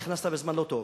נכנסת בזמן לא טוב,